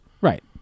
Right